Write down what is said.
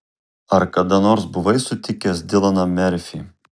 ar kada nors buvai sutikęs dilaną merfį